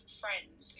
friends